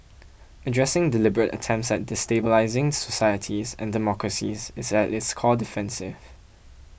addressing deliberate attempts at destabilising societies and democracies is at its core defensive